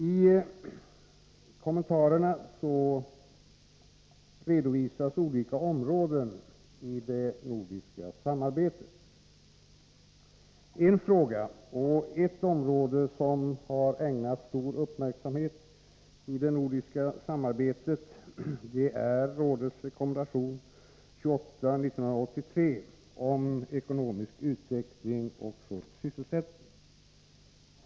I delegationens berättelse redovisas olika områden i det nordiska samarbetet. En fråga som har ägnats stor uppmärksamhet i detta samarbete är rådets rekommendation 28/83 om ekonomisk utveckling och full sysselsättning.